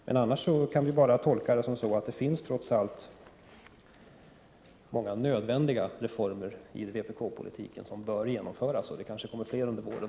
Men annars kan vi bara tolka det så, att det trots allt finns många nödvändiga reformer i vpk-politiken som bör genomföras, och det kanske kommer fler under våren.